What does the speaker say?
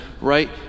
right